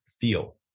feel